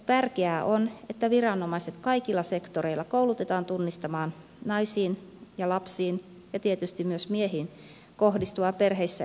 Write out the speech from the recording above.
tärkeää on että viranomaiset kaikilla sektoreilla koulutetaan tunnistamaan naisiin ja lapsiin ja tietysti myös miehiin kohdistuva perheissä esiintyvä väkivalta